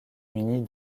munies